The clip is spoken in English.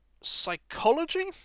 psychology